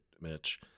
Mitch